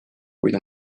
kuid